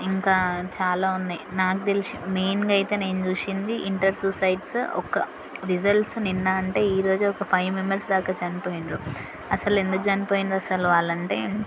ఇంకా చాలా ఉన్నాయి నాకు తెలిసి మెయిన్గా అయితే నేను చూసింది ఇంటర్ సూసైడ్స్ ఒక్క రిజల్ట్స్ నిన్న అంటే ఈరోజే ఒక ఫైవ్ మెంబర్స్ దాకా చనిపోయిండ్రు అసలు ఎందుకు చనిపోయిండ్రు అసలు వాళ్ళంటే